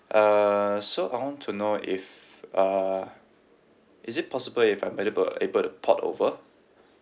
uh so I want to know if uh is it possible if I'm enable able to port over